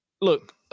look –